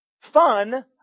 fun